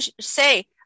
say